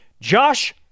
Josh